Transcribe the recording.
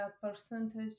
percentage